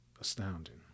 astounding